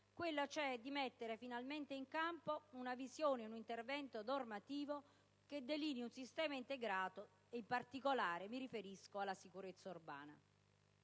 quella cioè di mettere finalmente in campo una visione e un intervento normativo che delinei un sistema integrato, e in particolare mi riferisco alla sicurezza urbana.